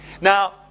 Now